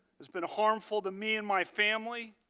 has been harmful to me and my family.